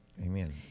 amen